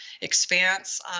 Expanse